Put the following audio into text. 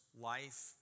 life